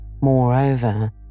Moreover